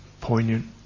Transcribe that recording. poignant